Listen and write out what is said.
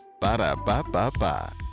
Ba-da-ba-ba-ba